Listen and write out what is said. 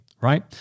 right